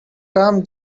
term